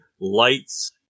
lights